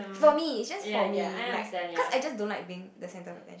for me it's just for me like because I just don't like being the centre of attention